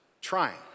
trying